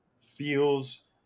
feels